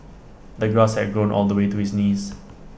the grass had grown all the way to his knees